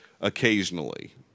occasionally